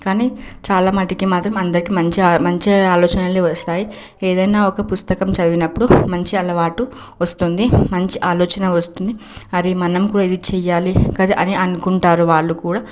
కానీ చాలా మట్టుకు మాత్రం అందరికీ మంచి ఆ మంచి ఆలోచనలే వస్తాయి ఏదైనా ఒక పుస్తకం చదివినప్పుడు మంచి అలవాటు వస్తుంది మంచి ఆలోచన వస్తుంది అరె మనం కూడా ఇది చేయాలి కదా అని అనుకుంటారు వాళ్ళు కూడా